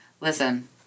Listen